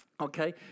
Okay